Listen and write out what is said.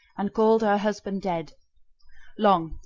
and called her husband dead long,